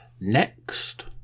next